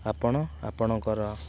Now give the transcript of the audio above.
ଆପଣ ଆପଣଙ୍କର